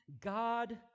God